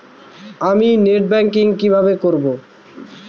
আমি net banking কিভাবে করব?